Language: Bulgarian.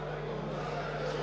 Благодаря,